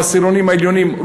של העשירונים העליונים,